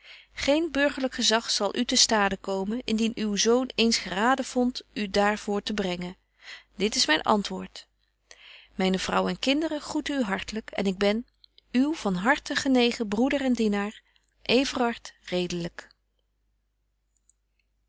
geen burgerlyk gezag zal u te stade komen indien uw zoon eens geraden vondt u daar voor te brengen dit is myn antwoord myne vrouw en kinderen groeten u hartlyk en ik ben uw van harten genegen broeder en